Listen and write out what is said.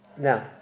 now